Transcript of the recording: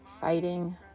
fighting